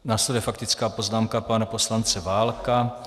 Následuje faktická poznámka pana poslance Válka.